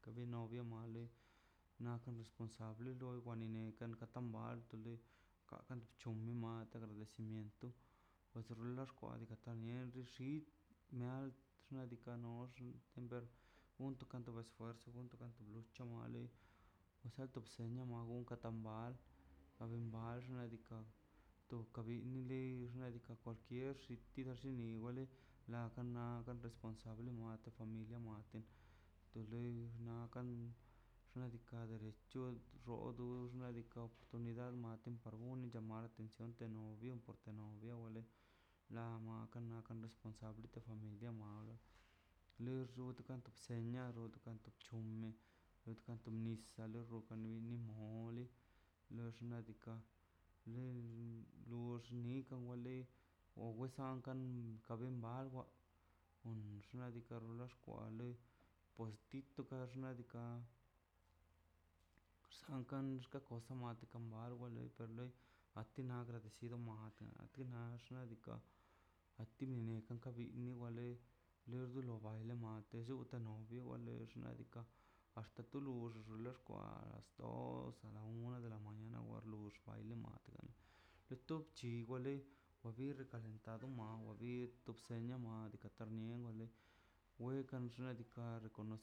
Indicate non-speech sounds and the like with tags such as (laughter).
Letek ka bi novia male nakan responsable loi wali nenkan ka ton barto lei kanga bc̱hotel na agradecimiento nade xkwailə danien xil xnaꞌ diikaꞌ nox siempre unka to esfuerzo gun kato chamal wzanto mie gon ka tamal tamala xnaꞌ diikaꞌ tu ka bin le xnaꞌ diika' kwalkierx tinika wale la kan nakan responsable na to familia naten nakan xnaꞌ diika' len chon xoodu xanꞌ diikaꞌ (noise) to midad ma gont guni llamar la atención ´prque no wo dole nomo kan sabrit lo famili di amar lux llutunga bseniado (unintelligible) cuando viene mole diikaꞌ loe lux nikan wa lei o wesan kan ka ben mawa kon xnaꞌ diikaꞌ kon lo xkwanle pos tito kwa xnaꞌ diikaꞌ sarkan xkosa mate kan bal o wa lei xkan le ati nan agradecido a ti xnaꞌ diikaꞌ anti bini kon ka wen le lui lo baile mad novio lexka anti to lux loxkwa sto a la una de la mañana por lux baile ma do tuo chuxgale dato ma xuli tu bsinio (noise) mal tambien wale wenkan xnaꞌ diikaꞌ para reconocimiento.